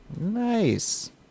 nice